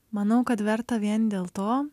manau kad verta vien dėl to